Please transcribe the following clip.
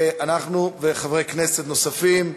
וחברי כנסת נוספים.